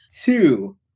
two